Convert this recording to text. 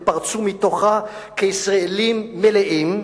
הם פרצו מתוכה כישראלים מלאים,